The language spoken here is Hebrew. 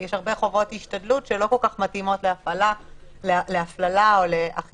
יש הרבה חובות השתדלות שלא כל כך מתאימות להפללה או לאכיפה.